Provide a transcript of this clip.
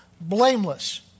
Blameless